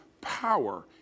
power